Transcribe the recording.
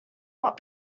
not